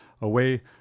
away